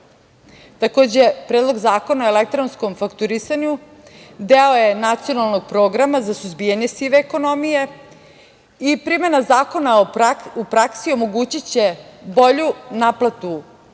Takođe, Predlog Zakona o elektronskom fakturisanju deo je Nacionalnog programa za suzbijanje sive ekonomije i primena zakona u praksi omogućiće bolju naplatu poreskih